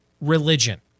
religion